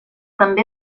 també